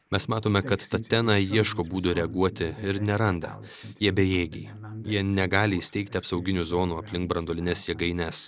mes matome kad tatena ieško būdų reaguoti ir neranda jie bejėgiai jie negali įsteigti apsauginių zonų aplink branduolines jėgaines